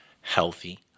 healthy